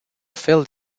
filled